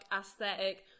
aesthetic